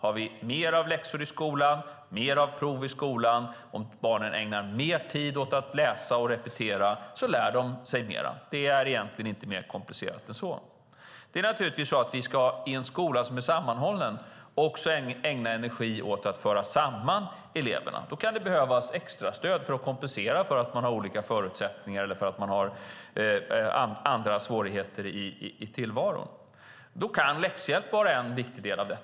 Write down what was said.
Om vi har mer läxor och mer prov i skolan och om barnen ägnar mer tid åt att läsa och repetera lär de sig mer. Det är egentligen inte mer komplicerat än så. I en sammanhållen skola ska vi också ägna energi åt att föra samman eleverna. Då kan extra stöd behövas för att kompensera för olika förutsättningar eller andra svårigheter i tillvaron. Läxhjälp kan vara en viktig del av det.